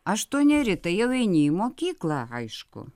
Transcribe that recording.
aštuoneri tai jau eini į mokyklą aišku